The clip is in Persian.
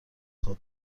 خواب